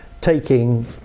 taking